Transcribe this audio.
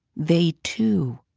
they, too,